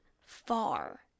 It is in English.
far